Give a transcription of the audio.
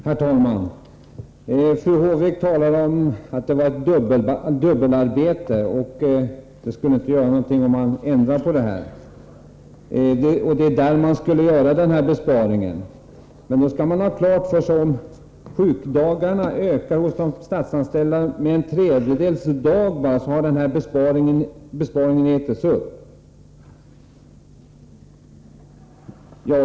Herr talman! Fru Håvik säger att det sker ett dubbelarbete, att det därför inte skulle göra någonting om man ändrar på det sätt som regeringen föreslår och att det på detta sätt skulle göras en besparing. Då sxall man ha klart för sig att om de statsanställdas sjukfrånvaro ökar med en tredjedels dag per år, har den besparingen ätits upp.